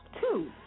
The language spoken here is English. two